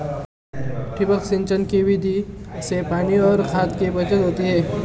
ठिबक सिंचाई की विधि से पानी और खाद की बचत होती है